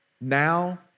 Now